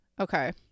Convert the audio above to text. Okay